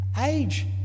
Age